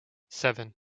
seven